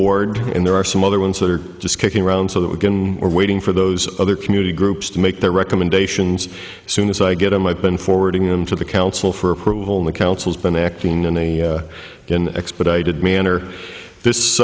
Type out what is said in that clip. board and there are some other ones that are just kicking around so that we can are waiting for those other community groups to make their recommendations soon as i get em i've been forwarding them to the council for approval of the council's been acting in a in expedited manner this